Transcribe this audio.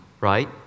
right